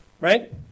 Right